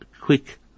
quick